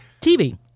TV